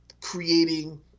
creating